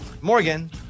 Morgan